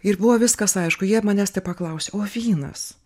ir buvo viskas aišku jie manęs tepaklausė o vynas